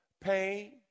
Pain